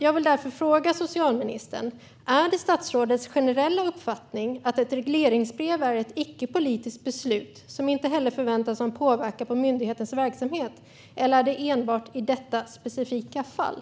Jag vill fråga socialministern: Är det statsrådets generella uppfattning att ett regleringsbrev är ett icke-politiskt beslut som inte heller förväntas ha påverkan på myndighetens verksamhet, eller gäller det enbart i detta specifika fall?